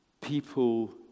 people